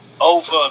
over